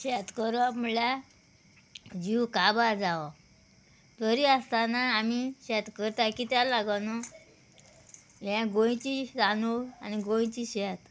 शेत करप म्हळ्यार जीव काबार जावप तरी आसतना आमी शेत करता कित्याक लागोन हे गोंयची तांदूळ आनी गोंयची शेत